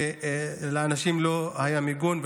ולאנשים לא היה מיגון.